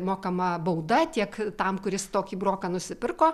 mokama bauda tiek tam kuris tokį broką nusipirko